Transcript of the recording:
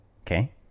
Okay